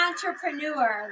entrepreneur